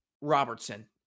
Robertson